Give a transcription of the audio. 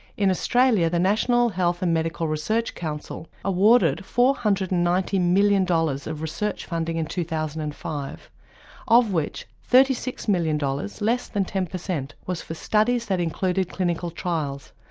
in australia the national health and medical research council awarded four hundred and ninety million dollars of research funding in two thousand and five of which thirty six million dollars, less than ten percent, was for studies that included clinical trials.